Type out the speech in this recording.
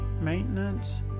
maintenance